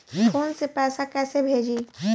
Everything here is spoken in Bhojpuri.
फोन से पैसा कैसे भेजी?